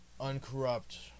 uncorrupt